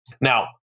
Now